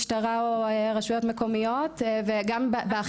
משטרה או רשויות מקומיות וגם באכיפה.